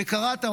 וקראת,